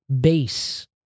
base